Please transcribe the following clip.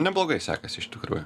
neblogai sekasi iš tikrųjų